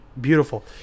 beautiful